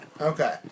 Okay